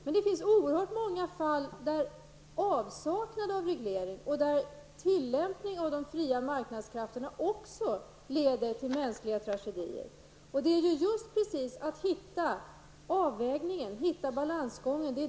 Men det finns oerhört många fall där avsaknaden av reglering och de fria marknadskrafternas tillämpning också leder till mänskliga tragedier. Det svåra är just att göra avvägningen, balansgången.